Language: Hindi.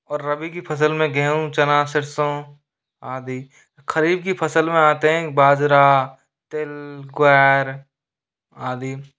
और रबी की फ़सल में गेहूं चना सरसों आदि ख़रीफ़ की फ़सल में आते हैं बाजरा तिल ग्वार आदि